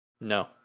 No